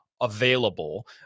available